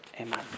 Amen